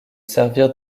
servir